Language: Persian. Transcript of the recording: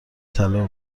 طلا